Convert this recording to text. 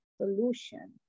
solution